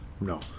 No